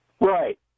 Right